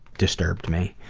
disturbed me.